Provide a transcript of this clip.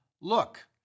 look